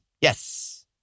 Yes